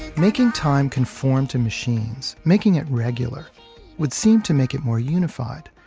making time conform to machines, making it regular would seem to make it more unified,